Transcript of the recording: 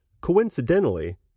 coincidentally